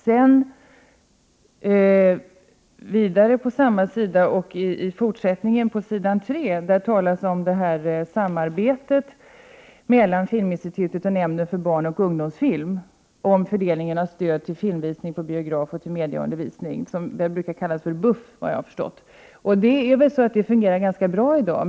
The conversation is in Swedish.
Längst ned på s. 2 i interpellationssvaret och överst på s. 3 talas om samarbetet mellan Filminstitutet och Nämnden för barnoch ungdomsfilm om fördelning av stöd till filmvisning på biograf och till medieundervisning för barn och ungdom. Såvitt jag förstår brukar det kallas för BUF. Det samarbetet fungerar nog ganska bra i dag.